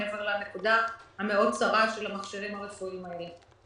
מעבר לנקודה המאוד צרה של המכשירים הרפואיים האלה.